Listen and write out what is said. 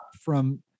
from-